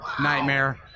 nightmare